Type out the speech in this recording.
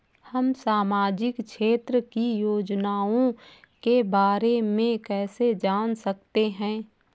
हम सामाजिक क्षेत्र की योजनाओं के बारे में कैसे जान सकते हैं?